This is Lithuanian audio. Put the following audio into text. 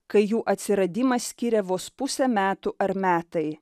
kai jų atsiradimą skiria vos pusė metų ar metai